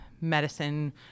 medicine